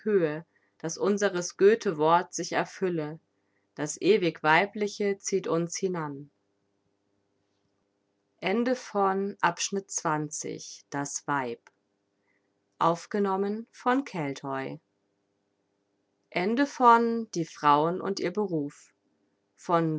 daß unseres göthe wort sich erfülle das ewig weibliche zieht uns hinan